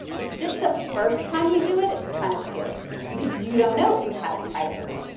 it's just the first time you do it, it's kind of scary because you don't know if you haven't tried it before.